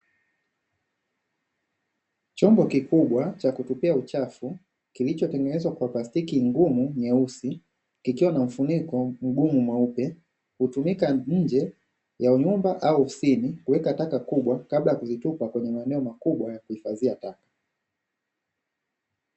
Chombo kikubwa cha kutunzia uchafu kilichotengezwa kwa plastiki ngumu nyeusi kikiwa na mfuniko mgumu mweupe hutumika nje ya nyumba au ofisini kuweka taka kubwa kabla ya kuzitupa katika maeneo makubwa ya kuhifadhia taka.